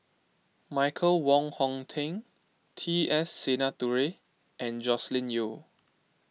Michael Wong Hong Teng T S Sinnathuray and Joscelin Yeo